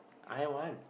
I want